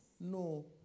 no